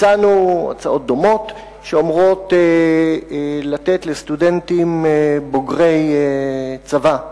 הצענו הצעות דומות שאומרות לתת לסטודנטים בוגרי צבא,